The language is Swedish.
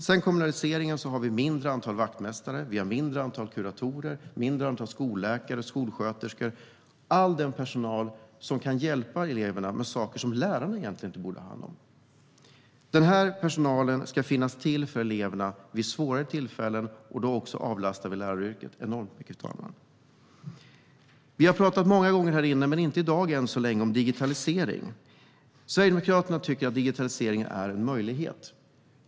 Sedan kommunaliseringen infördes finns färre vaktmästare, kuratorer, skolläkare, skolsköterskor, det vill säga all den personal som kan hjälpa eleverna med saker som lärarna inte borde ha hand om. Personalen ska finnas till för eleverna vid svårare tillfällen, och då avlastas läraryrket enormt mycket. Vi har många gånger här i kammaren, men ännu inte i dag, talat om digitaliseringen. Sverigedemokraterna tycker att digitalisering är en möjlighet.